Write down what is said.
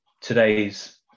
today's